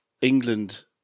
England